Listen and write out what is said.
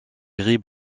gris